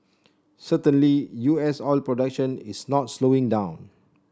certainly U S oil production is not slowing down